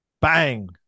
Bang